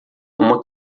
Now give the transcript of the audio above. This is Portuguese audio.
uma